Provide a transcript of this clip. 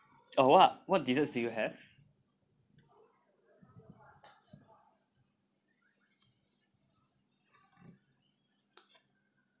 oh what what desserts do you have